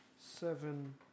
seven